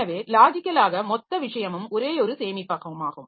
எனவே லாஜிக்கலாக மாெத்த விஷயமும் ஓரேயாெரு சேமிப்பகமாகும்